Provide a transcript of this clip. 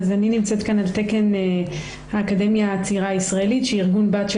אני נמצאת כאן על תקן האקדמיה הצעירה הישראלית שהיא ארגון-בת של